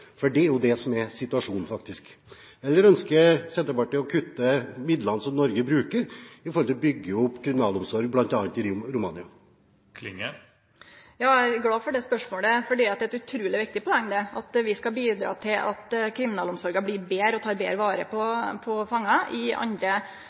kriminelle? Det er jo det som er situasjonen, faktisk. Eller ønsker Senterpartiet å kutte i midlene som Norge bruker, når det gjelder å bygge opp kriminalomsorg bl.a. i Romania? Eg er glad for det spørsmålet, fordi det er eit utruleg viktig poeng at vi skal bidra til at kriminalomsorgen blir betre og tek betre vare på